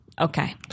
Okay